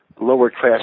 lower-class